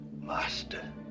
Master